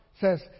says